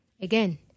again